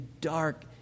dark